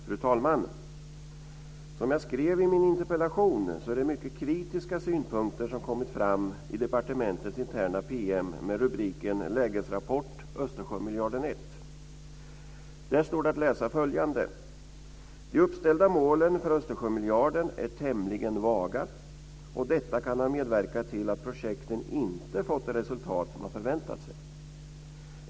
Fru talman! Som jag skrev i min interpellation är det mycket kritiska synpunkter som kommit fram i departementets interna PM med rubriken Lägesrapport Östersjömiljarden 1. Där står det att läsa följande: "De uppställda målen för Östersjömiljarden är tämligen vaga och detta kan ha medverkat till att projekten inte fått det resultat man förväntat sig".